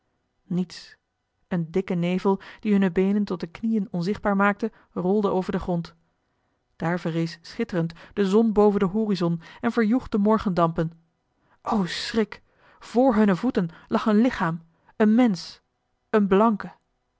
niets een dikke nevel die hunne beenen tot de knieën onzichtbaar maakte rolde over den grond daar verrees schitterend de zon boven den horizon en verjoeg de morgendampen o schrik voor hunne voeten lag een lichaam een mensch een blanke